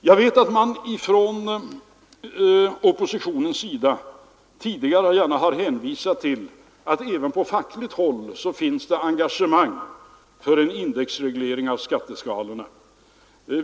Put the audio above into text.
Jag vet att man inom oppositionen tidigare gärna har hänvisat till att det även på fackligt håll finns ett engagemang för en indexreglering av skatteskalorna.